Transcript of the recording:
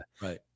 Right